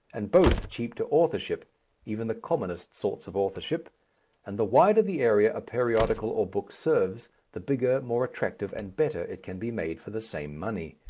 and both cheap to authorship even the commonest sorts of authorship and the wider the area a periodical or book serves the bigger, more attractive, and better it can be made for the same money.